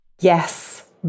Yes